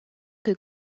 que